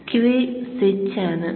Q switch ആണ്